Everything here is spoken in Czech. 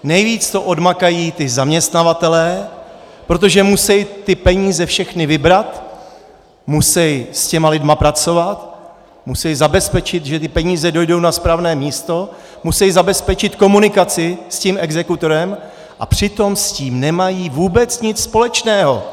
Nejvíc to odmakají ti zaměstnavatelé, protože musí ty peníze všechny vybrat, musí s těmi lidmi pracovat, musí zabezpečit, že ty peníze dojdou na správné místo, musí zabezpečit komunikaci s tím exekutorem, a přitom s tím nemají vůbec nic společného.